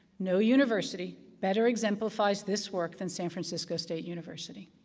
no university better exemplifies this work than san francisco state university,